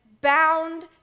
bound